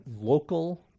local